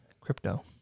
crypto